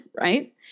right